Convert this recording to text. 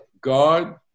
God